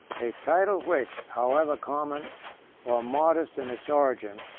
a title which, however common or modest in its origin,